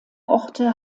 orte